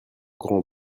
grand